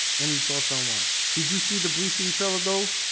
any thoughts on why did you see the briefing travel though?